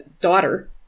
daughter